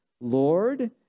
Lord